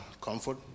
comfort